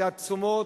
מדד תשומות,